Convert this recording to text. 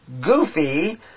goofy